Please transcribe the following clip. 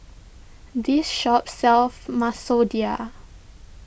this shop sells Masoor Dal